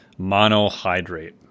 monohydrate